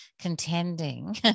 contending